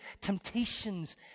temptations